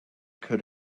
could